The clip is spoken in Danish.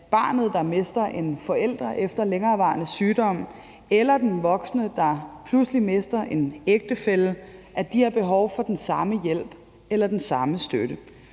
at barnet, der mister en forælder efter længerevarende sygdom, eller den voksne, der pludselig mister en ægtefælle, har behov for den samme hjælp eller den samme støtte.